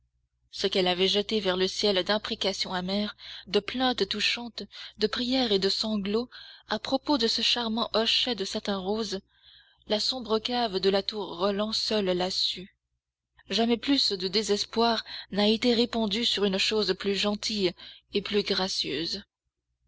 ce qu'elle avait jeté vers le ciel d'imprécations amères de plaintes touchantes de prières et de sanglots à propos de ce charmant hochet de satin rose la sombre cave de la tour roland seule l'a su jamais plus de désespoir n'a été répandu sur une chose plus gentille et plus gracieuse